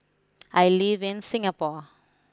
I live in Singapore